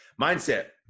Mindset